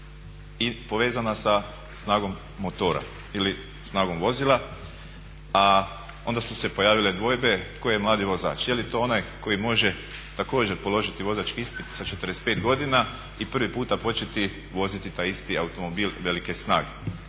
i povezana sa snagom motora ili snagom vozila a onda su se pojavile dvojbe tko je mladi vozač. Je li to ona koji može također položiti vozački ispit sa 45 godina i prvi puta početi voziti taj isti automobil velike snage.